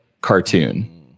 cartoon